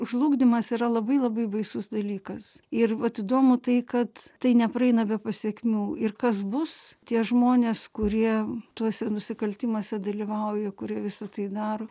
žlugdymas yra labai labai baisus dalykas ir vat įdomu tai kad tai nepraeina be pasekmių ir kas bus tie žmonės kurie tuose nusikaltimuose dalyvauja kurie visa tai daro